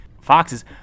foxes